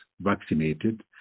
vaccinated